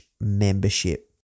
membership